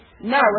No